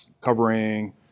covering